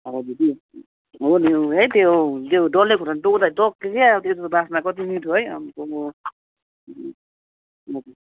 हजुर कि हो नि हो है त्यो डल्ले खोर्सानी टोक्दाखेरि टोके कि अबो त्यसको बासना कति मिठो है अम्मामा